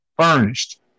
furnished